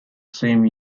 same